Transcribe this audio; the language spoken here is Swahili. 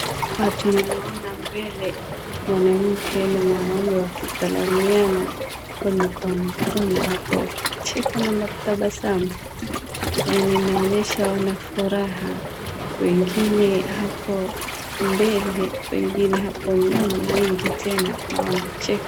Watu nimeona mbele mwanamke na mwanamme wakisalamiana kwa mikono hapo wakicheka na matabasamu, hili linaonyesha wana furaha, wengine hapo mbele wengine hapo nyuma, wengi tena na wanacheka.